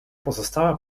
pozostała